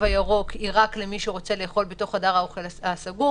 הירוק היא רק למי שרוצה לאכול בתוך חדר האוכל הסגור.